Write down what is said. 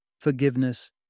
forgiveness